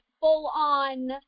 full-on